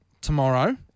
tomorrow